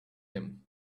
him